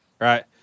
Right